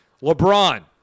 LeBron